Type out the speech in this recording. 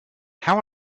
how